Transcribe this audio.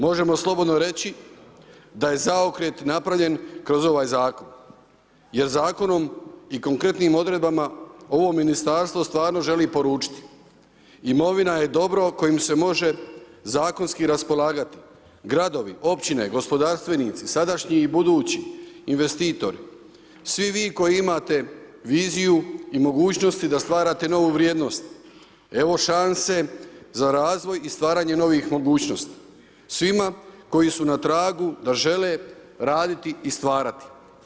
Možemo slobodno reći da je zaokret napravljen kroz ovaj zakon, jer zakonom i konkretnim odredbama ovo ministarstvo stvarno želi poručiti imovina je dobro kojim se može zakonski raspolagati, gradovi, općine, gospodarstvenici, sadašnji i budući, investitori, svi vi koji imate viziju i mogućnosti da stvarate novu vrijednost, evo šanse za razvoj i stvaranje novih mogućnosti svima koji su na tragu da žele raditi i stvarati.